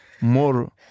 more